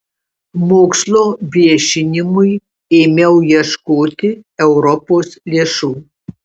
mokslo viešinimui ėmiau ieškoti europos lėšų